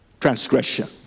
transgression